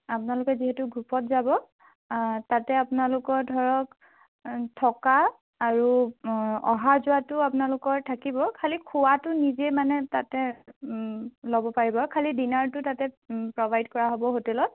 আপোনালোকে যিহেত গ্ৰুপত যাব তাতে আপোনালোকৰ ধৰক থকা আৰু অহা যোৱাটো আপোনালোকৰ থাকিব খালী খোৱাটো নিজে মানে তাতে মানে ল'ব পাৰিব খালী ডিনাৰটো তাতে প্ৰভাইড কৰা হ'ব হোটেলত